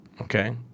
Okay